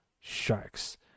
Sharks